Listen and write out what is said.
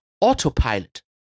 autopilot